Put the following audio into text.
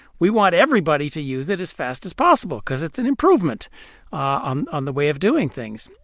we want everybody to use it as fast as possible because it's an improvement on on the way of doing things.